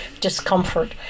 discomfort